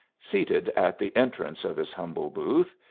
seated at the entrance of his humble booth,